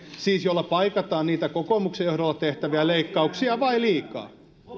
siis jolla paikataan niitä kokoomuksen johdolla tehtyjä leikkauksia vai liikaa